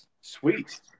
Sweet